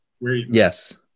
yes